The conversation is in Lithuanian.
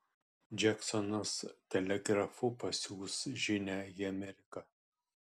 džeksonas telegrafu pasiųs žinią į ameriką